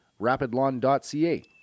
rapidlawn.ca